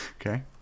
Okay